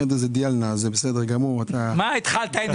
אתה אולי לא מכיר